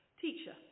Teacher